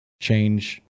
change